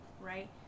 right